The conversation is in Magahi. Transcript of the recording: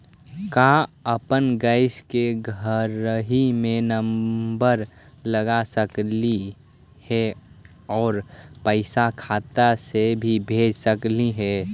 का अपन गैस के घरही से नम्बर लगा सकली हे और पैसा खाता से ही भेज सकली हे?